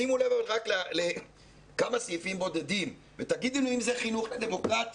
שימו לב רק לכמה סעיפים בודדים ותגידו לי אם זה חינוך לדמוקרטיה.